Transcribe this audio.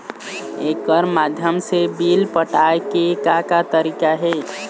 एकर माध्यम से बिल पटाए के का का तरीका हे?